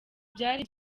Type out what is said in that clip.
byari